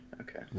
okay